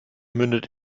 mündet